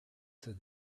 said